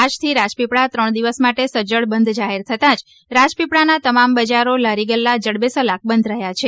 આજ થી રાજપીપળા ત્રણ દિવસ માટે સજ્જડ બંધ જાહેર થતા જ રાજપીપળાના તમામ બજારો લારી ગલ્લા જડબેસલાક બંધ રહ્યા છે